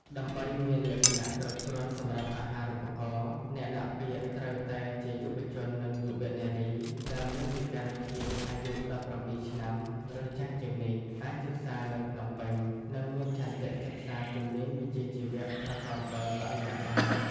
ដើម្បីមានលក្ខណៈគ្រប់គ្រាន់សម្រាប់អាហារូបករណ៍ អ្នកដាក់ពាក្យត្រូវតែជាយុវជននិងយុវនារីដែលមានពិការភាព អាយុ ១៧ ឆ្នាំឬចាស់ជាងនេះ អាចសិក្សានៅភ្នំពេញ និងមានឆន្ទៈសិក្សាជំនាញវិជ្ជាជីវៈប្រកបដោយបរិយាប័ន្ន។